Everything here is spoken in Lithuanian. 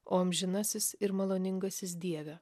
o amžinasis ir maloningasis dieve